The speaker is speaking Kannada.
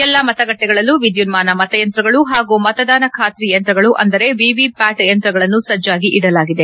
ಎಲ್ಲಾ ಮತಗಟ್ಟಿಗಳಲ್ಲೂ ವಿದ್ಯುನ್ಮಾನ ಮತಯಂತ್ರಗಳು ಹಾಗೂ ಮತದಾನ ಖಾತರಿ ಯಂತ್ರಗಳು ಅಂದರೆ ವಿವಿ ಪ್ಯಾಟ್ ಯಂತ್ರಗಳನ್ನು ಸಜ್ನಾಗಿ ಇಡಲಾಗಿದೆ